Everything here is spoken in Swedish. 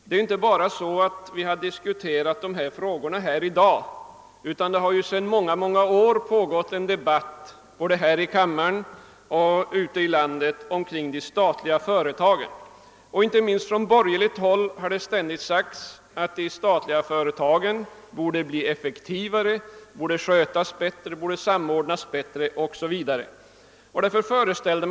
Vi har ju inte diskuterat dessa frågor bara här i dag, utan en debatt har pågått sedan många år tillbaka både i denna kammare och ute i landet. Inte minst från borgerligt håll har det ständigt franihållits att de statliga företagen borde bli effektivare, borde skötas bättre, samordnas bättre osv.